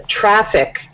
traffic